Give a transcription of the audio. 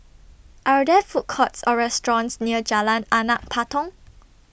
Are There Food Courts Or restaurants near Jalan Anak Patong